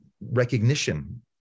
recognition